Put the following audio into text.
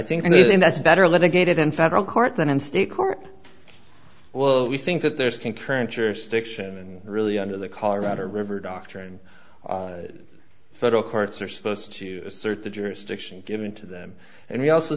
anything that's better litigated in federal court than in state court well we think that there's concurrent jurisdiction and really under the colorado river doctrine the federal courts are supposed to assert the jurisdiction given to them and we also